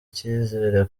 icyizere